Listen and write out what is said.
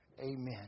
Amen